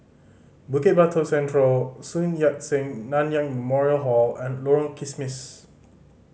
Bukit Batok Central Sun Yat Sen Nanyang Memorial Hall and Lorong Kismis